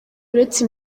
uretse